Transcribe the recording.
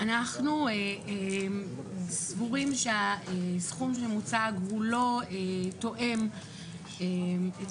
אנחנו סבורים שהסכום המוצג לא תואם את